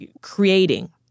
creating